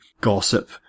gossip